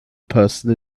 person